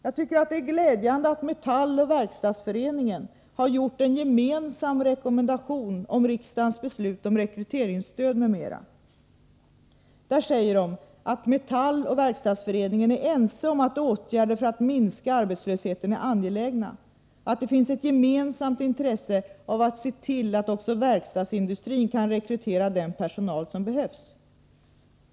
Jag tycker det är glädjande att Metall och Verkstadsföreningen har gjort en gemensam rekommendation beträffande riksdagens beslut om rekryteringsstöd m.m. Där säger man: ”VF och Metall är ense om att åtgärder för att minska arbetslösheten är angelägna. Det finns också ett gemensamt intresse av att se till att verkstadsindustrin kan rekrytera den personal som behövs.